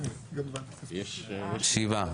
שבעה.